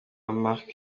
marc